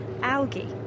algae